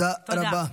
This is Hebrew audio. תודה.